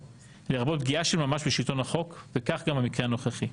לרבות פגיעה של ממש בשלטון החוק וכך גם במקרה הנוכחי.